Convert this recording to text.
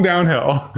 downhill.